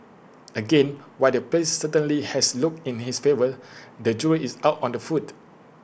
again while the place certainly has looks in its favour the jury is out on the food